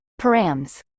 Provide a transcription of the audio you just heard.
params